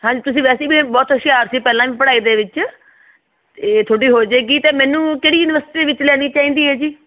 ਹਾਂਜੀ ਤੁਸੀਂ ਵੈਸੇ ਵੀ ਬਹੁਤ ਹੁਸ਼ਿਆਰ ਸੀ ਪਹਿਲਾਂ ਵੀ ਪੜ੍ਹਾਈ ਦੇ ਵਿੱਚ ਤਾਂ ਤੁਹਾਡੀ ਹੋ ਜਾਏਗੀ ਅਤੇ ਮੈਨੂੰ ਕਿਹੜੀ ਯੂਨੀਵਰਸਿਟੀ ਵਿੱਚ ਲੈਣੀ ਚਾਹੀਦੀ ਹੈ ਜੀ